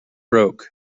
broke